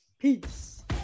peace